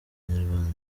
nyarwanda